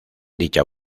dicha